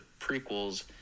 prequels